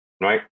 right